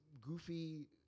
goofy